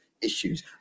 issues